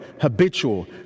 habitual